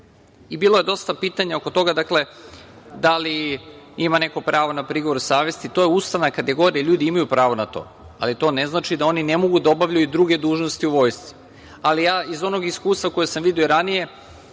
Bilo je dosta pitanja oko toga. Dakle, da li ima neko pravo na prigovor savesti? To je ustavna kategorija, ljudi imaju pravo na to, ali to ne znači da oni ne mogu da obavljaju druge dužnosti u vojsci. Ali, ja iz onog iskustva koje sam video i ranije,